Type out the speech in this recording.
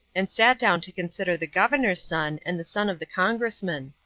and sat down to consider the governor's son and the son of the congressman.